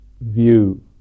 view